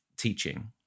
teaching